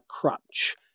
crutch